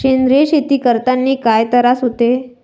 सेंद्रिय शेती करतांनी काय तरास होते?